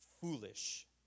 foolish